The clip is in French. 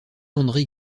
andré